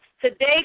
today